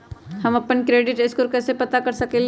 हम अपन credit score कैसे पता कर सकेली?